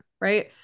Right